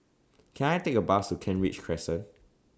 Can I Take A Bus to Kent Ridge Crescent